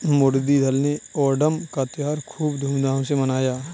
मुरलीधर ने ओणम का त्योहार खूब धूमधाम से मनाया